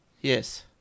Yes